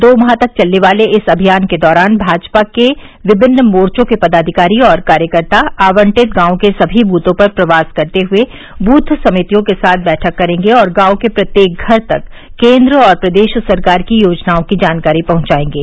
दो माह तक चलने वाले इस अभियान के दौरान भाजपा के विभिन्न मोर्चो के पदाधिकारी और कार्यकर्ता आवंटित गांवों के सभी बूथों पर प्रवास करते हुए बूथ समितियों के साथ बैठक करेंगे और गांव के प्रत्येक घर तक केन्द्र और प्रदेश सरकार की योजनाओं की जानकारी पहुंचायेंगे